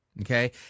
okay